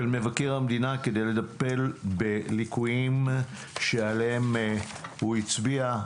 מבקר המדינה כדי לטפל בליקויים שעליהם הוא הצביע.